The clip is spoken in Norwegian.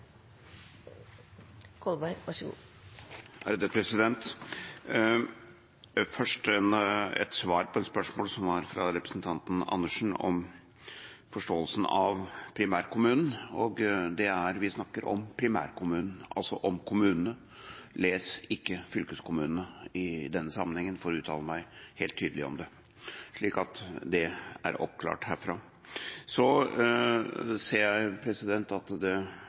Andersen om forståelsen av primærkommunene: Vi snakker om primærkommunene, altså om kommunene, les: ikke fylkeskommunene, i denne sammenheng – for å uttale meg helt tydelig om det, slik at det er oppklart. Så ser jeg at det